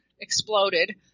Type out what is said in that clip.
exploded